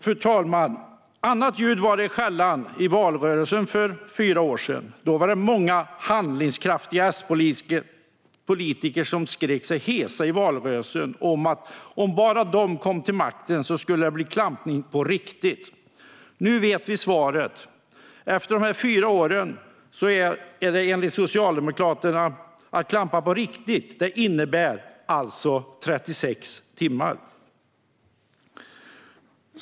Fru talman! Annat ljud var det i skällan i valrörelsen för fyra år sedan. Då var det många handlingskraftiga S-politiker som skrek sig hesa om att om de bara kom till makten skulle det bli klampning på riktigt. Nu vet vi svaret. Efter dessa fyra år innebär att klampa på riktigt, enligt Socialdemokraterna, alltså 36 timmar.